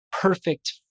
perfect